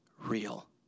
real